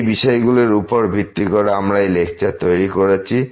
এই বিষয়গুলির উপর ভিত্তি করে আমরা এই লেকচারগুলো তৈরি করেছি